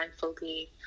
mindfully